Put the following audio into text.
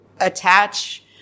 attach